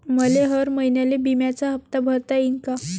मले हर महिन्याले बिम्याचा हप्ता भरता येईन का?